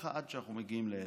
וככה עד שאנחנו מגיעים לאילת.